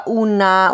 una